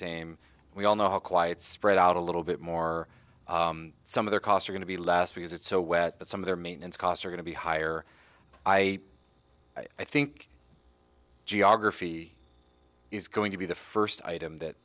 same we all know how quiet spread out a little bit more some of their costs are going to be last because it's so wet but some of their maintenance costs are going to be higher i i think geography is going to be the first item that